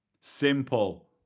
Simple